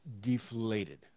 deflated